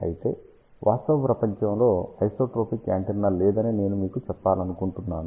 అయితే వాస్తవ ప్రపంచంలో ఐసోట్రోపిక్ యాంటెన్నా లేదని నేను మీకు చెప్పాలనుకుంటున్నాను